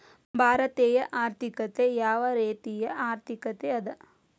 ಭಾರತೇಯ ಆರ್ಥಿಕತೆ ಯಾವ ರೇತಿಯ ಆರ್ಥಿಕತೆ ಅದ?